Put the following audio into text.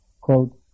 quote